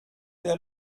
der